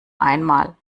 einmal